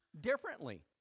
differently